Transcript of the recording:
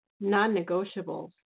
Non-negotiables